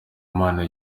imana